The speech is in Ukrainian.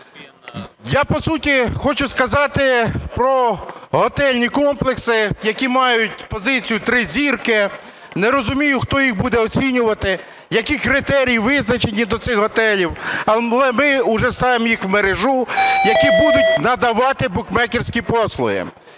Я, по суті, хочу сказати, про готельні комплекси, які мають позицію "три зірки", не розумію, хто їх буде оцінювати, які критерії визначені до цих готелів, але ми уже ставимо їх в мережу, які будуть надавати букмекерські послуги.